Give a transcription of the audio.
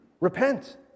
Repent